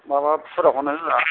माबा फुरा खौनो होया